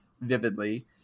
vividly